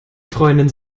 freundin